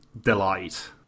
delight